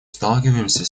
сталкиваемся